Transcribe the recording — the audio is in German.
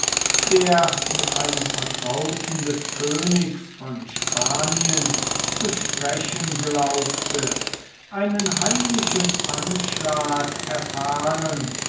der mit einem vertrauten des königs von spanien zu sprechen glaubte einen heimlichen anschlag erfahren